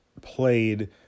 played